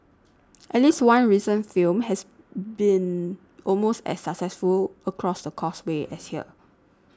at least one recent film has been almost as successful across the Causeway as here